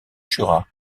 jura